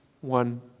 one